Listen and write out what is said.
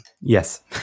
Yes